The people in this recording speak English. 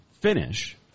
finish